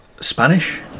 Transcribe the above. Spanish